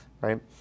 right